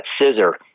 scissor